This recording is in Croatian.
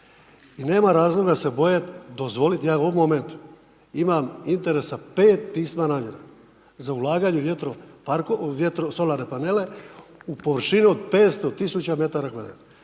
i nema razloga se bojati, dozvoliti jedan novi moment, imam interesa pet pisma namjere za ulaganje vjetro i solarne panele, u površini od 5000 m